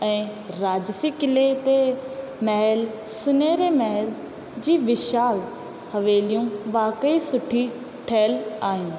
ऐं राज्सी क़िले ते महल सुनहरे महल जी विशाल हवेलियूं वाक़ई सुठी ठहियलु आहिनि